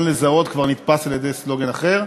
לזהות" כבר נתפס על-ידי סלוגן אחר.